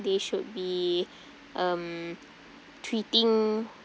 they should be um treating